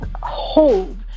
hold